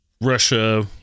russia